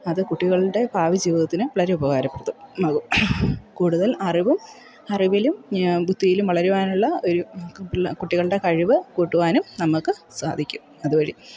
അത് കുട്ടികളുടെ ഭാവി ജീവിതത്തിന് വളരെ ഉപകാരപ്രദമാകും കൂടുതൽ അറിവും അറിവിലും ബുദ്ധിയിലും വളരുവാനുള്ള ഒരു പിള്ള കുട്ടികളുടെ കഴിവ് കൂട്ടുവാനും നമുക്ക് സാധിക്കും അതു വഴി